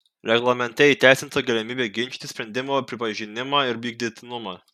reglamente įteisinta galimybė ginčyti sprendimo pripažinimą ir vykdytinumą